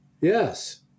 Yes